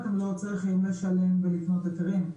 אתם לא צריכים לשלם ולקנות היתרים,